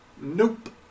Nope